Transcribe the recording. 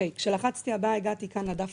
המערכת שולחת גם הודעות סמס וגם דואר